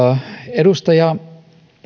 edustaja